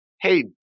hey